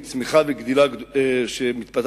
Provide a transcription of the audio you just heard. עם צמיחה וגדילה שמתפתחת,